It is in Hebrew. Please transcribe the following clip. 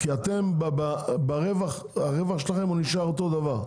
כי הרווח שלכם נשאר אותו הדבר.